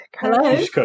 Hello